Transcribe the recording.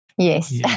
Yes